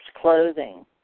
clothing